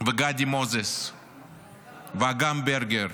וגדי מוזס ואגם ברגר,